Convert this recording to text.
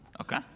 okay